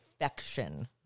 affection